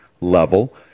level